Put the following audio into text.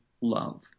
love